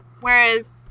Whereas